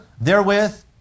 therewith